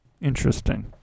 Interesting